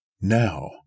Now